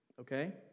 okay